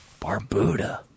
Barbuda